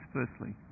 Firstly